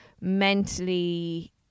mentally